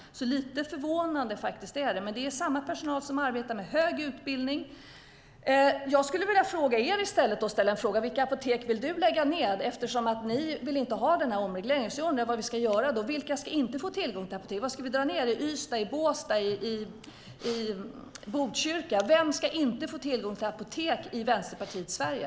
Det Eva Olofsson säger är därför lite förvånande. Det är samma personal med hög utbildning som arbetar på apoteken. Jag skulle vilja ställa en fråga till er: Vilka apotek vill ni lägga ned? Eftersom ni inte ville ha den här omregleringen undrar jag vad vi ska göra. Vilka ska inte få tillgång till apotek? Var ska vi dra ned? Är det i Ystad, i Båstad eller i Botkyrka? Vem ska inte få tillgång till apotek i Vänsterpartiets Sverige?